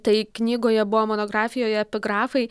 tai knygoje buvo monografijoje epigrafai